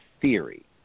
theory